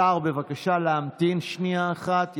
השר, בבקשה להמתין שנייה אחת.